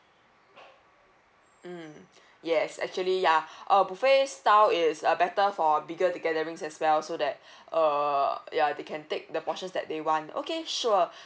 mm yes actually ya uh buffet style is uh better for a bigger gathering as well so that err ya they can take the portions that they want okay sure